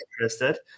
interested